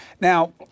Now